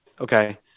okay